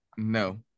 No